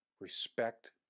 respect